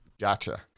gotcha